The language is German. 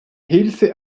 hilfe